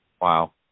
Wow